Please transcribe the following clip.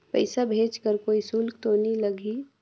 पइसा भेज कर कोई शुल्क तो नी लगही?